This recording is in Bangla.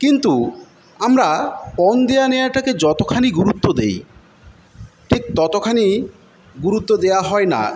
কিন্তু আমরা পণ দেওয়া নেওয়াটাকে যতখানি গুরুত্ব দিই ঠিক ততখানি গুরুত্ব দেওয়া হয় না